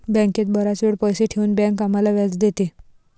बँकेत बराच वेळ पैसे ठेवून बँक आम्हाला व्याज देते